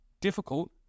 difficult